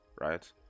right